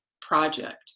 project